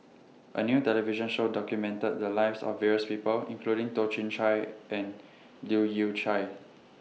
A New television Show documented The Lives of various People including Toh Chin Chye and Leu Yew Chye